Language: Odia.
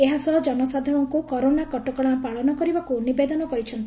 ଏହା ସହ ଜନସାଧାରଣଙ୍କୁ କରୋନା କଟକଣା ପାଳନ କରିବାକୁ ନିବେଦନ କରିଛନ୍ତି